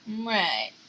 Right